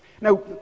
Now